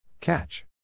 Catch